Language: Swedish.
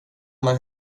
man